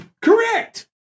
correct